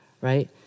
right